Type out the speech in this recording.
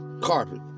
carpet